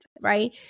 right